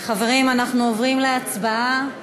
חברים, אנחנו עוברים להצבעה.